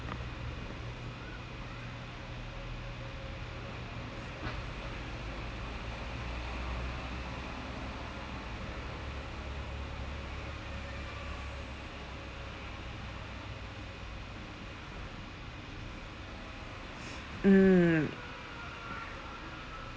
hmm